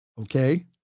Okay